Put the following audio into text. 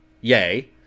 yay